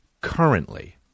currently